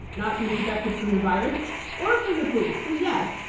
not being protected from the virus or from the police. so, yes,